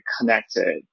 connected